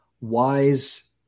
wise